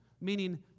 meaning